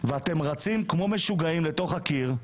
אתם רצים כמו משוגעים לתוך הקיר,